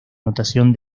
notación